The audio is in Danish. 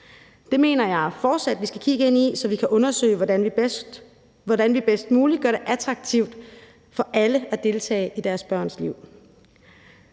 Det mener jeg fortsat vi skal kigge ind i, så vi kan undersøge, hvordan vi bedst muligt gør det attraktivt for alle at deltage i deres børns liv.